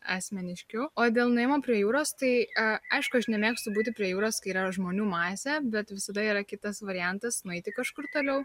asmeniškiau o dėl nuėjimo prie jūros tai aišku aš nemėgstu būti prie jūros kai yra žmonių masė bet visada yra kitas variantas nueiti kažkur toliau